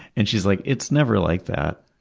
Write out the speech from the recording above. and she was like, it's never like that.